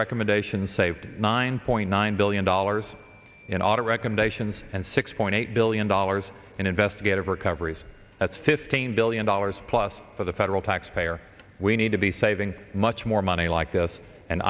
recommendations saved nine point nine billion dollars in auto recommendations and six point eight billion dollars in investigative recoveries that's fifteen billion dollars plus for the federal taxpayer we need to be saving much more money like this and